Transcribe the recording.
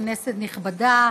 כנסת נכבדה,